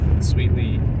sweetly